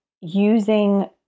using